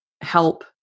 help